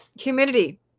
Humidity